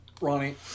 Ronnie